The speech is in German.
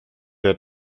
der